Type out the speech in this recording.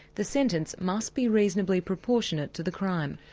the sentence must be reasonably proportionate to the crime.